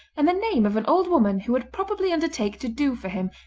and the name of an old woman who would probably undertake to do for him,